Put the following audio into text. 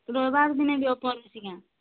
ରବିବାର ଦିନେ